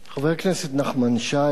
חבר הכנסת נחמן שי,